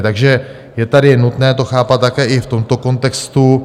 Takže je tady nutné to chápat také i v tomto kontextu.